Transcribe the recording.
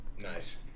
Nice